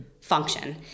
function